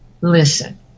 Listen